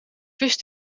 vis